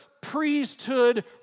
priesthood